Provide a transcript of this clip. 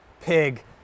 pig